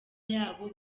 yabo